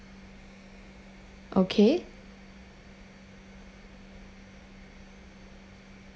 okay